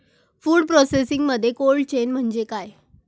Food प्रोसेसिंगमध्ये cold chain म्हणजे काय?